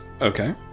Okay